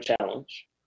challenge